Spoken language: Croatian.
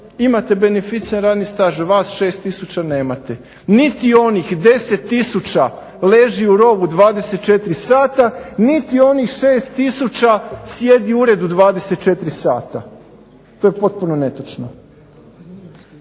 imate beneficirani radni staž, vas 6 tisuća nemate. Niti onih 10 tisuća liži u rovu 24 sata niti onih 6 tisuća sjedi u uredu 24 sata. To je potpuno netočno.